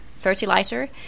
fertilizer